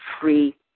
free